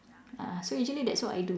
ah so usually that's what I do